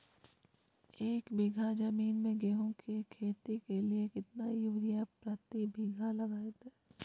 एक बिघा जमीन में गेहूं के खेती के लिए कितना यूरिया प्रति बीघा लगतय?